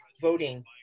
voting